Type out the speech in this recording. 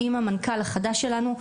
עם המנכ"ל החדש שלנו,